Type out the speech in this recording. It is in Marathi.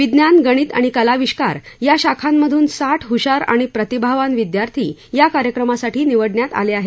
विज्ञान गणित आणि कलाविष्कार या शाखांमधून साठ हुशार आणि प्रतिभावान विद्यार्थी या कार्यक्रमासाठी निवडण्यात आले आहेत